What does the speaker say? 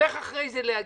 ואחרי זה הולכת להגיע,